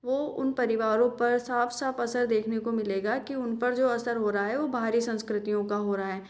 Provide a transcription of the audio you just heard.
उन परिवारों पर साफ़ साफ़ असर देखने को मिलेगा कि उन पर जो असर हो रहा है वो बाहरी संस्कृतियों का हो रहा है